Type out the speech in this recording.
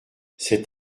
cet